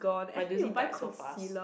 my died so fast